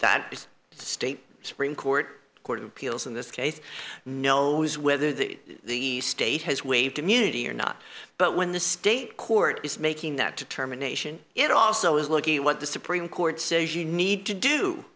the state supreme court court of appeals in this case knows whether the state has waived immunity or not but when the state court is making that determination it also is looking at what the supreme court says you need to do